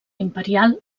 imperial